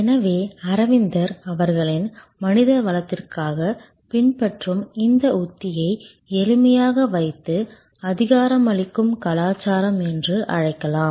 எனவே அரவிந்தர் அவர்களின் மனித வளத்திற்காக பின்பற்றும் இந்த உத்தியை எளிமையாக வைத்து அதிகாரமளிக்கும் கலாச்சாரம் என்று அழைக்கலாம்